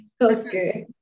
okay